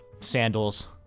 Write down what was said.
Sandals